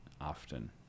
often